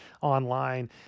online